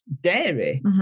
dairy